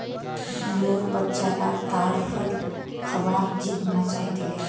मोर बच्चा ला ताड़ फल खबार ज़िद मचइ दिले